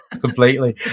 completely